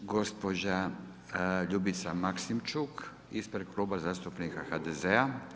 Gospođa Ljubica Maksimčuk ispred Kluba zastupnika HDZ-a.